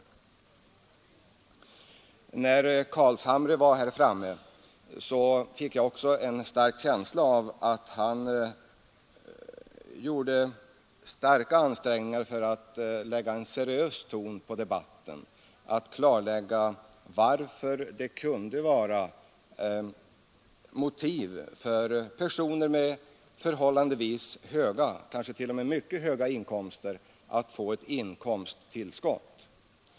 Av herr Carlshamres anförande fick jag en stark känsla att han gjorde stora ansträngningar för att anlägga en seriös ton i debatten, att klarlägga varför det kunde finnas motiv för personer med förhållandevis höga, kanske t.o.m. mycket höga, inkomster att få ett inkomsttillskott utöver riksdagslönen.